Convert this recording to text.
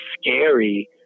scary